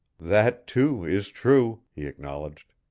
that too is true, he acknowledged.